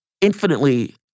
infinitely